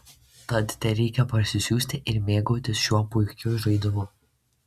tad tereikia parsisiųsti ir mėgautis šiuo puikiu žaidimu